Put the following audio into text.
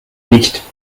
nicht